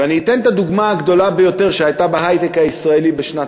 ואני אתן את הדוגמה הגדולה ביותר שהייתה בהיי-טק הישראלי בשנת